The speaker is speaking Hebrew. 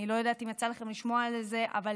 אני לא יודעת אם יצא לכם לשמוע על זה, אבל